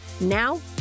Now